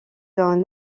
d’un